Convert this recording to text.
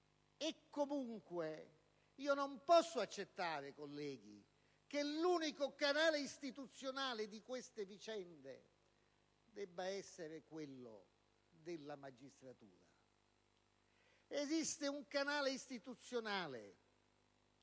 comunque, non posso accettare, colleghi, che l'unico canale istituzionale di queste vicende debba essere quello della magistratura. Esiste un canale istituzionale